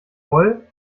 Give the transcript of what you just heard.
voll